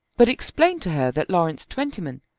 but explained to her that lawrence twentyman,